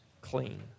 clean